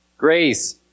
Grace